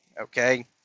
okay